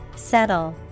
Settle